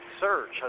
search